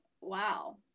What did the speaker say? wow